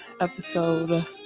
episode